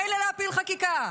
מילא להפיל חקיקה,